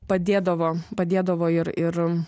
padėdavo padėdavo ir ir